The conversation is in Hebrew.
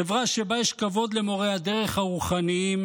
חברה שבה יש כבוד למורי הדרך הרוחניים,